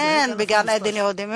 אין בגן-עדן יהודים,